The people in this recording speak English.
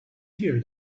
here